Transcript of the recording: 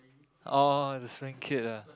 oh the swing kid ah